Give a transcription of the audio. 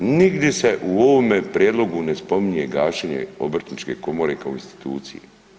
Nigdi se u ovome prijedlogu ne spominje gašenje obrtničke komore kao institucije.